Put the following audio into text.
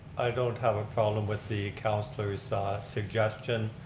i don't have a problem with the counselor's ah suggestion.